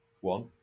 one